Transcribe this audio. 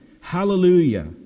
Hallelujah